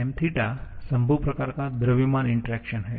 𝛿𝑚θ संभव प्रकार का द्रव्यमान इंटरेक्शन हैं